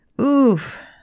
oof